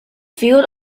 field